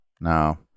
No